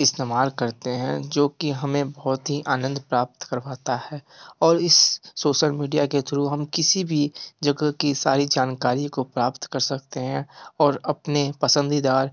इस्तेमाल करते हैं जो की हमें बहुत ही आनंद प्राप्त करवाता है और इस सोशल मीडिया के थ्रू हम किसी भी जगह की सारी जानकारी को प्राप्त कर सकते हैं और अपने पसंदीदा